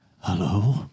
Hello